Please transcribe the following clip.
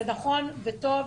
זה נכון וטוב,